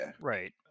right